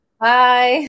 Bye